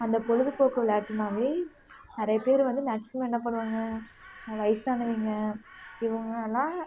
அந்த பொழுதுபோக்கு விளையாட்டுனாவே நிறைய பேர் வந்து மேக்ஸிமம் என்ன பண்ணுவாங்க வயதானவிங்க இவங்கலாம்